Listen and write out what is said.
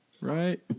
Right